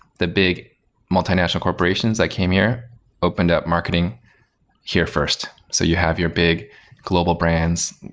the big multinational corporations that came here opened up marketing here first. so, you have your big global brands,